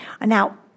Now